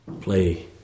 play